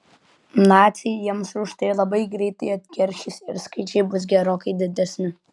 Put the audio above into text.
naciai jiems už tai labai greitai atkeršys ir skaičiai bus gerokai didesni